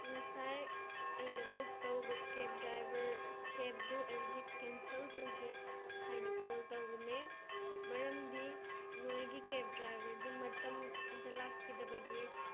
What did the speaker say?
ꯉꯁꯥꯏ ꯑꯩꯅ ꯕꯨꯛ ꯇꯧꯕ ꯀꯦꯕ ꯗ꯭ꯔꯥꯏꯕꯔ ꯀꯦꯕꯇꯨ ꯑꯩ ꯍꯧꯖꯤꯛ ꯀꯦꯟꯁꯦꯜ ꯇꯧꯒꯦ ꯍꯥꯏꯅ ꯀꯣꯜ ꯇꯧꯕꯅꯦ ꯃꯔꯝꯗꯤ ꯅꯣꯏꯒꯤ ꯀꯦꯕ ꯗ꯭ꯔꯥꯏꯕꯔꯗꯨ ꯃꯇꯝꯗ ꯂꯥꯛꯄꯤꯗꯕꯒꯤ